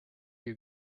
you